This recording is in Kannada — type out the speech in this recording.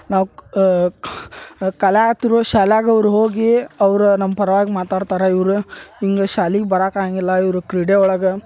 ನಾವು ಕಲ್ಯಾತ್ರುವೆ ಶಾಲ್ಯಾಗ ಅವ್ರು ಹೋಗಿ ಅವ್ರು ನಮ್ಮ ಪರವಾಗಿ ಮಾತಾಡ್ತಾರೆ ಇವ್ರ ಹಿಂಗೆ ಶಾಲಿಗೆ ಬರಕಾಂಗಿಲ್ಲ ಇವರು ಕ್ರೀಡೆ ಒಳಗೆ